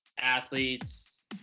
athletes